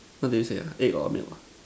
what do you say ah egg got milk ah